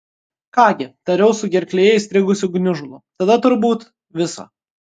ką gi tariau su gerklėje įstrigusiu gniužulu tada turbūt viso